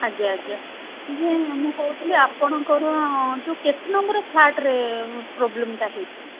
ଆଜ୍ଞା ଆଜ୍ଞା ଯେ ମୁଁ କହୁଥିଲି ଆପଣଙ୍କର ଯେଉଁ କେତେ ନମ୍ବର୍ ଫ୍ଲାଟରେ ପ୍ରୋବ୍ଲେମଟା ହେଇଛି